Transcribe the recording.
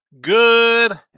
Good